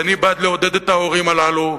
ואני בעד לעודד את ההורים הללו,